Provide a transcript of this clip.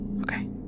Okay